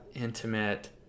intimate